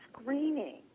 screening